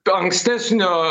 to ankstesnio